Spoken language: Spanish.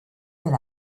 del